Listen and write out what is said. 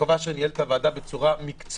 יעקב אשר ניהל את הוועדה בצורה מקצועית.